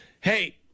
Hey